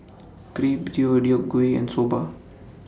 Crepe Deodeok Gui and Soba